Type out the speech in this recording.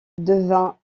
devint